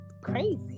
crazy